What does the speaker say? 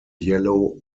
yellow